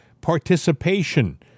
participation